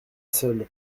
seule